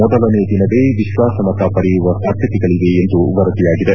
ಮೊದಲನೇ ದಿನವೇ ವಿಶ್ವಾಸಮತ ಪಡೆಯುವ ಸಾಧ್ಯತೆಗಳಿವೆ ಎಂದು ವರದಿಯಾಗಿದೆ